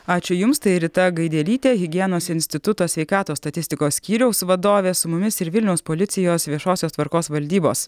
ačiū jums tai rita gaidelytė higienos instituto sveikatos statistikos skyriaus vadovė su mumis ir vilniaus policijos viešosios tvarkos valdybos